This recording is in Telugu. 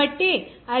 కాబట్టి అది 1